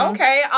Okay